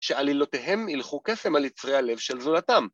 שעלילותיהם ילכו קסם על יצרי הלב של זולתם.